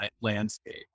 landscape